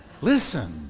Listen